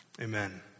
Amen